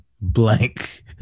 blank